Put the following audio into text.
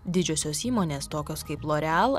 didžiosios įmonės tokios kaip loreal